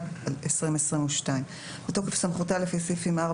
התשפ"ב-2022 בתוקף סמכותה לפי סעיפים 4,